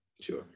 Sure